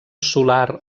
solar